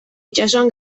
itsasoan